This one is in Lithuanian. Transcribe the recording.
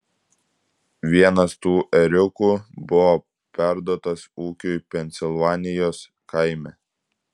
vienas tų ėriukų buvo perduotas ūkiui pensilvanijos kaime